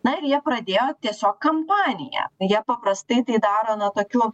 na ir jie pradėjo tiesiog kampaniją jie paprastai tai daromo na tokiu